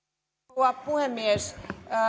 rouva puhemies